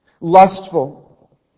lustful